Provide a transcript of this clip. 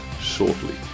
shortly